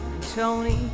Tony